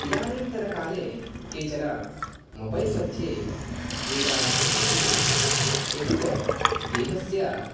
इदानीन्तनकाले केचन मोबैल् मध्ये क्रीडां कुर्वन्ति एतत् देहस्य